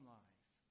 life